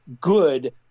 good